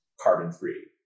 carbon-free